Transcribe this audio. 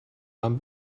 haben